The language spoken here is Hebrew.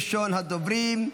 ראשון הדוברים,